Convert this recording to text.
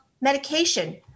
medication